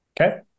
okay